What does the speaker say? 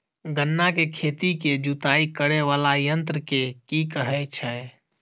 गन्ना केँ खेत केँ जुताई करै वला यंत्र केँ की कहय छै?